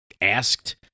asked